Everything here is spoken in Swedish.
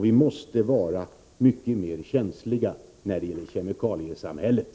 Vi måste vara mycket mer känsliga när det gäller kemikaliesamhället.